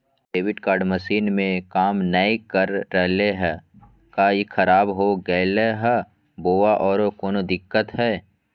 Debit card machine में काम नाय कर रहले है, का ई खराब हो गेलै है बोया औरों कोनो दिक्कत है?